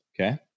Okay